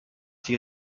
die